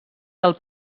del